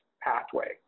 pathway